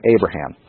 Abraham